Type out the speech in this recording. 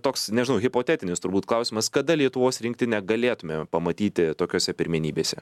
toks nežinau hipotetinis turbūt klausimas kada lietuvos rinktinę galėtume pamatyti tokiose pirmenybėse